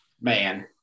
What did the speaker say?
man